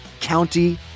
County